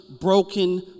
broken